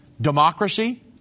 democracy